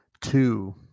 two